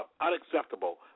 unacceptable